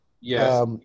Yes